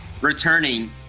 returning